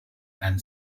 and